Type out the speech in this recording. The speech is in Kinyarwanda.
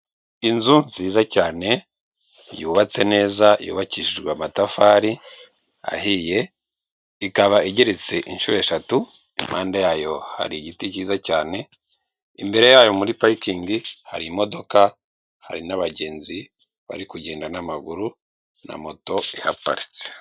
Inzu nziza cyane, yubatse neza yubakishijwe amatafari ahiye, ikaba igeretse inshuro eshatu impande yayo hari igiti cyiza cyane, imbere yayo muri parikingi hari imodoka, hari n'abagenzi bari kugenda n'amaguru na moto ihaparitse.